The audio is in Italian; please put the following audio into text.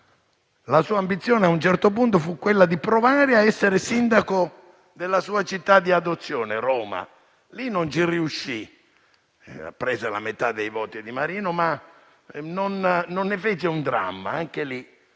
la sua ambizione, a un certo punto, fu quella di provare a essere sindaco della sua città di adozione, Roma. Lì non riuscì. Prese la metà dei voti di Marino, ma non ne fece un dramma. Anche lì,